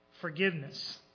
Forgiveness